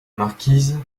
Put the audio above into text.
marquise